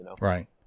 Right